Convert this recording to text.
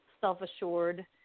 self-assured